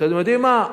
אתם יודעים מה?